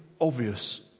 obvious